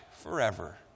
forever